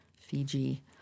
Fiji